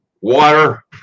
water